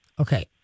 okay